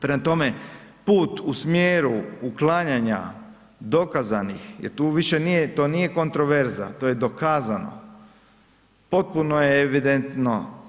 Prema tome, put u smjeru uklanjanja dokazanih jer tu više nije, to nije kontroverza, to je dokazano, potpuno je evidentno.